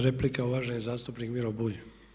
Replika, uvaženi zastupnik Miro Bulj.